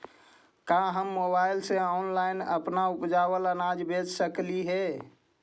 का हम मोबाईल से ऑनलाइन अपन उपजावल अनाज बेच सकली हे?